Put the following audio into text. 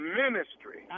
ministry